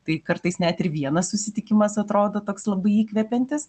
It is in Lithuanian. tai kartais net ir vienas susitikimas atrodo toks labai įkvepiantis